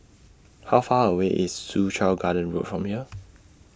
How Far away IS Soo Chow Garden Road from here